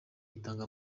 itanga